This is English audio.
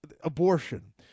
abortion